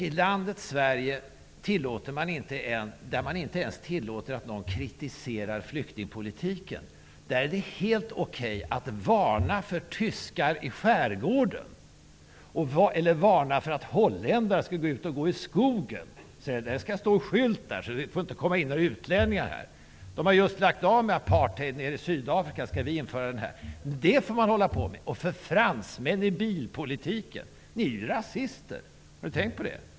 I landet Sverige, där man inte ens tillåter att någon kritiserar flyktingpolitiken, är det helt okej att varna för tyskar i skärgården eller för att holländare skall gå ut och gå i skogen. Det skall stå på en skylt att det inte får komma in några utlänningar här. De har just lagt av med apartheid nere i Sydafrika. Skall vi nu införa det här? Det får man hålla på med. Ni varnar för fransmän i bilpolitiken. Ni är ju rasister. Har ni tänkt på det?